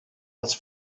als